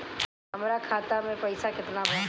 हमरा खाता में पइसा केतना बा?